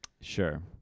Sure